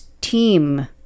team